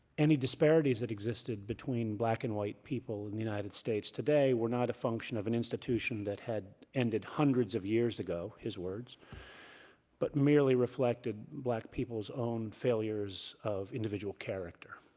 any disparities that existed between black and white people in the united states today were not a function of an institution that had ended hundreds of years ago his words but merely reflected black people's own failures of individual character.